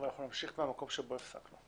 אנחנו נמשיך במקום בו הפסקנו.